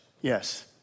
Yes